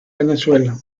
venezuela